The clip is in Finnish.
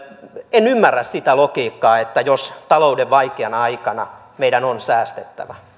en ymmärrä sitä logiikkaa että jos talouden vaikeana aikana meidän on säästettävä